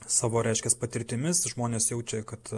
savo reiškias patirtimis žmonės jaučia kad